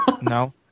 No